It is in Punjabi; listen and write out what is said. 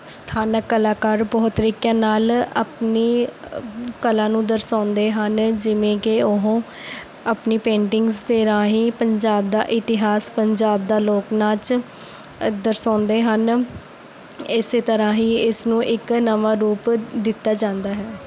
ਸਥਾਨਕ ਕਲਾਕਾਰ ਬਹੁਤ ਤਰੀਕਿਆਂ ਨਾਲ ਆਪਣੀ ਕਲਾ ਨੂੰ ਦਰਸਾਉਂਦੇ ਹਨ ਜਿਵੇਂ ਕਿ ਉਹ ਆਪਣੀ ਪੇਂਟਿੰਗਜ਼ ਦੇ ਰਾਹੀਂ ਪੰਜਾਬ ਦਾ ਇਤਿਹਾਸ ਪੰਜਾਬ ਦਾ ਲੋਕ ਨਾਚ ਦਰਸਾਉਂਦੇ ਹਨ ਇਸੇ ਤਰ੍ਹਾਂ ਹੀ ਇਸਨੂੰ ਇੱਕ ਨਵਾਂ ਰੂਪ ਦਿੱਤਾ ਜਾਂਦਾ ਹੈ